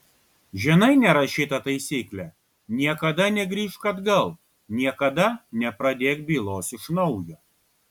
žinai nerašytą taisyklę niekada negrįžk atgal niekada nepradėk bylos iš naujo